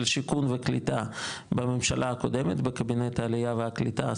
שיכון וקליטה בממשלה הקודמת בקבינט העלייה והקליטה,